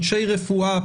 אנשי רפואה,